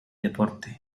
deporte